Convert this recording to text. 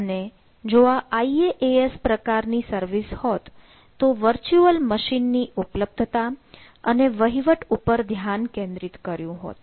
અને જો આ IaaS પ્રકારની સર્વિસ હોત તો વર્ચ્યુઅલ મશીન ની ઉપલબ્ધતા અને વહીવટ પર ધ્યાન કેન્દ્રિત કર્યું હોત